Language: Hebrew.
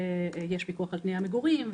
יש פיקוח על תנאי המגורים,